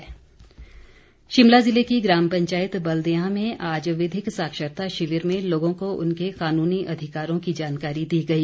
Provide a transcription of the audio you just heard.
विधिक साक्षरता शिमला ज़िले की ग्राम पंचायत बल्देयां में आज विधिक साक्षरता शिविर में लोगों को उनके कानूनी अधिकारों की जानकारी दी गई